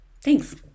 Thanks